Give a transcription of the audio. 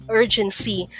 urgency